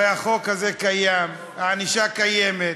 הרי החוק הזה קיים, הענישה קיימת,